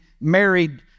married